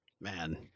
man